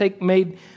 made